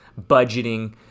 budgeting